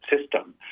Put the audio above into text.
system